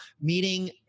meeting